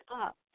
up